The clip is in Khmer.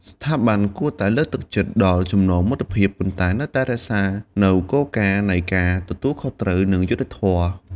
ស្ថាប័នគួរតែលើកទឹកចិត្តដល់ចំណងមិត្តភាព ប៉ុន្តែនៅតែរក្សានូវគោលការណ៍នៃការទទួលខុសត្រូវ និងយុត្តិធម៌។